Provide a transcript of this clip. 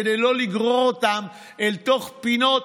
כדי לא לגרור אותם אל תוך פינות.